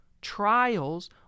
Trials